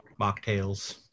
Mocktails